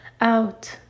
out